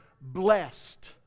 blessed